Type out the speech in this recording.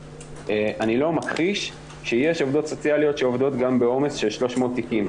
אני לא מכחיש שיש עובדות סוציאליות שעובדות גם בעומס של 300 תיקים.